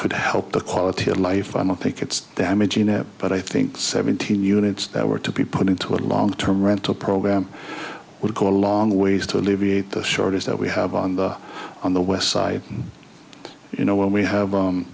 could help the quality of life i'm a pick it's damaging it but i think seventeen units that were to be put into a long term rental program would go a long ways to alleviate the shortage that we have on the on the west side you know when we have